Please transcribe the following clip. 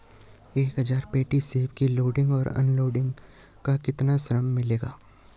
एक हज़ार पेटी सेब की लोडिंग और अनलोडिंग का कितना श्रम मिलेगा?